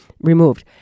removed